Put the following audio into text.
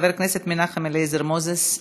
חבר הכנסת מנחם אליעזר מוזס,